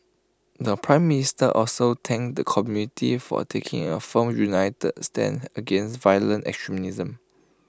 the Prime Minister also thanked the community for taking A firm united stand against violent extremism